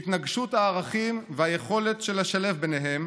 התנגשות הערכים והיכולת לשלב ביניהם